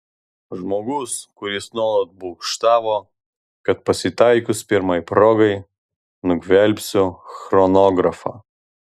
žmogus kuris nuolat būgštavo kad pasitaikius pirmai progai nugvelbsiu chronografą